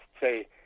say